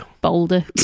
boulder